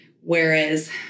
Whereas